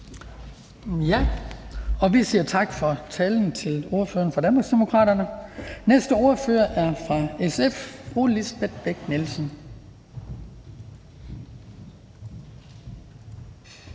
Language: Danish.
Vi siger tak for talen til ordføreren fra Danmarksdemokraterne. Næste ordfører er fra SF, fru Lisbeth Bech-Nielsen.